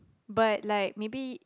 but like maybe